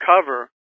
cover